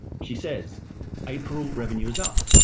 she says april revenue is up.